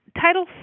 Title